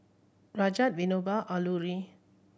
Rajat Vinoba Alluri